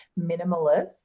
minimalist